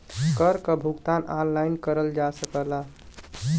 कर क भुगतान ऑनलाइन करल जा सकला